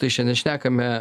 tai šiandien šnekame